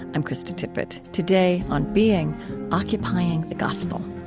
i'm krista tippett. today, on being occupying the gospel.